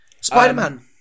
Spider-Man